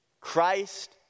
Christ